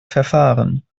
verfahren